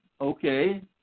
Okay